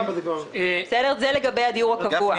זה לגבי הדיור הקבוע.